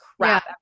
crap